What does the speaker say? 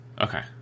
Okay